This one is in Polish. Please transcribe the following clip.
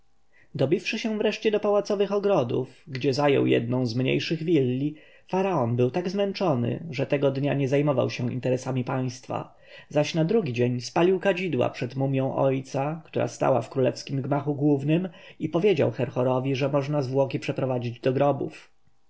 dobiwszy się wreszcie do pałacowych ogrodów gdzie zajął jedną z mniejszych willi faraon był tak zmęczony że tego dnia nie zajmował się interesami państwa zaś na drugi dzień spalił kadzidła przed mumją ojca która stała w królewskim gmachu głównym i powiedział herhorowi że można zwłoki przeprowadzić do grobów